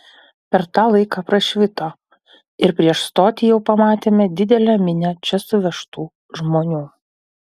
per tą laiką prašvito ir prieš stotį jau pamatėme didelę minią čia suvežtų žmonių